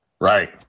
right